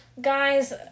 Guys